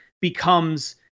becomes